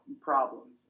problems